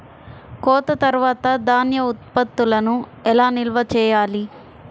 కోత తర్వాత ధాన్య ఉత్పత్తులను ఎలా నిల్వ చేయాలి?